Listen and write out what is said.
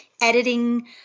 editing